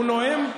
הוא נואם,